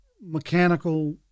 mechanical